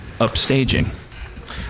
Upstaging